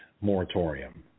moratorium